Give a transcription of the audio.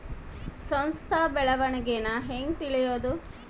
ಸಂಸ್ಥ ಬೆಳವಣಿಗೇನ ಹೆಂಗ್ ತಿಳ್ಯೇದು